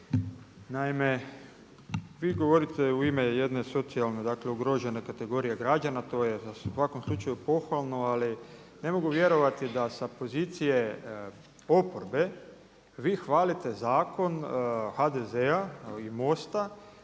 naime vi govorite u ime jedne socijalne dakle ugrožene kategorije građana, to je u svakom slučaju pohvalno ali ne mogu vjerovati da sa pozicije oporbe vi hvalite zakon HDZ-a i MOST-a